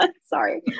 sorry